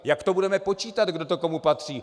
Jak to budeme počítat, komu to patří?